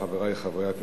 חברי חברי הכנסת,